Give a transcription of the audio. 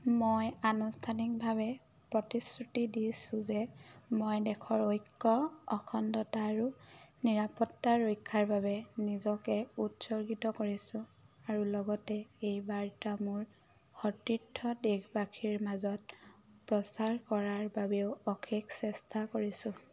মই আনুষ্ঠানিকভাৱে প্ৰতিশ্ৰুতি দিছো যে মই দেশৰ ঐক্য অখণ্ডতা আৰু নিৰাপত্তা ৰক্ষাৰ বাবে নিজকে উৎসৰ্গিত কৰিছোঁ আৰু লগতে এই বাৰ্তা মোৰ সতীৰ্থ দেশবাসীৰ মাজত প্ৰচাৰ কৰাৰ বাবেও অশেষ চেষ্টা কৰিছোঁ